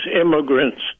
immigrants